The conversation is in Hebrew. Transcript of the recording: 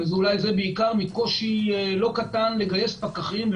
אולי מקושי לא קטן לגייס פקחים,